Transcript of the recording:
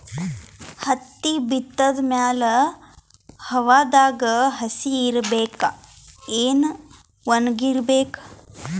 ಹತ್ತಿ ಬಿತ್ತದ ಮ್ಯಾಲ ಹವಾದಾಗ ಹಸಿ ಇರಬೇಕಾ, ಏನ್ ಒಣಇರಬೇಕ?